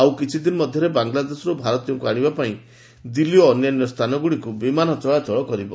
ଆଉ କିଛିଦିନ ମଧ୍ୟରେ ବାଂଲାଦେଶରୁ ଭାରତୀୟମାନଙ୍କୁ ଆଣିବା ପାଇଁ ଦିଲ୍ଲୀ ଓ ଅନ୍ୟାନ୍ୟ ସ୍ଥାନଗୁଡ଼ିକୁ ବିମାନ ଚଳାଚଳ କରିବ